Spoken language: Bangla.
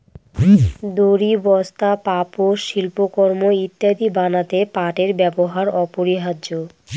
দড়ি, বস্তা, পাপোষ, শিল্পকর্ম ইত্যাদি বানাতে পাটের ব্যবহার অপরিহার্য